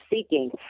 seeking